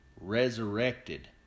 resurrected